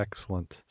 Excellent